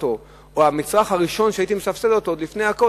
מחירו או המצרך הראשון שהייתי מסבסד אותו עוד לפני הכול,